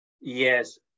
Yes